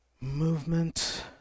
movement